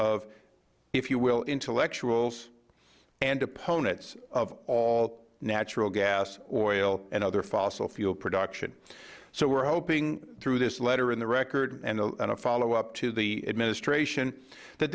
of if you will intellectuals and opponents of all natural gas oil and other fossil fuel production so we're hoping through this letter in the record and a followup to the administration that